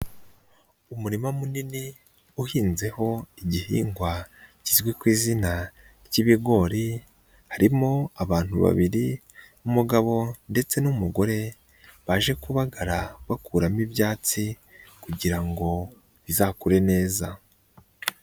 Umurima munini uhinzeho igihingwa kizwi ku izina ry'ibigori harimo abantu babiri, umugabo ndetse n'umugore baje kubagara bakuramo ibyatsi kugira ngo bizakure neza.